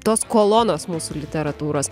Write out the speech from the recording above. tos kolonos mūsų literatūros